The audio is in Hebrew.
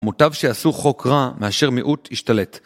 מוטב שיעשו חוק רע מאשר מיעוט ישתלט.